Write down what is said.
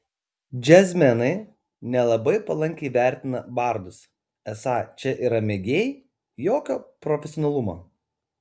džiazmenai nelabai palankiai vertina bardus esą čia yra mėgėjai jokio profesionalumo